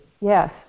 Yes